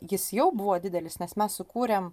jis jau buvo didelis nes mes sukūrėm